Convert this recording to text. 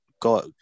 Go